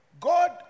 God